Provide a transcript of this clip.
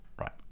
right